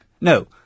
No